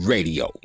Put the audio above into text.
Radio